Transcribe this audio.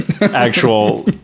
actual